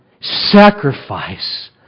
sacrifice